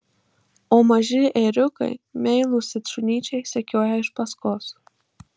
o maži ėriukai meilūs it šunyčiai sekioja iš paskos